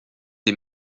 des